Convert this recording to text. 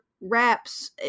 wraps